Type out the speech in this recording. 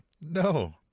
no